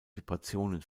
vibrationen